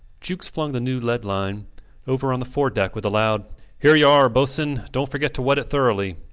jukes flung the new lead-line over on the fore-deck with a loud here you are, bossen dont forget to wet it thoroughly,